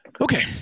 Okay